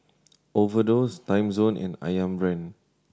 Overdose Timezone and Ayam Brand